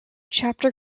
chapter